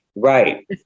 Right